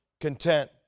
content